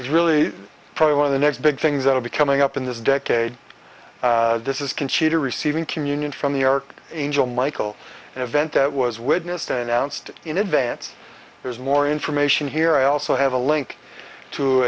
it's really probably one of the next big things that will be coming up in this decade this is conchita receiving communion from the arc angel michel and event that was witnessed announced in advance there's more information here i also have a link to